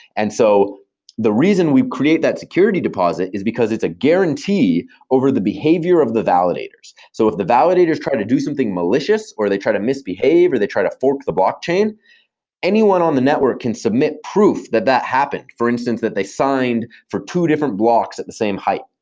and so the reason we create that security deposit is because it's a guarantee over the behavior of the validators. so if the validators try to do something malicious or they try to misbehave or the try to fork the blockchain, anyone on the network can submit proof that that happened. for instance, that they signed for two different blocks at the same height.